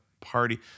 party